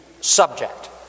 subject